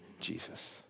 Jesus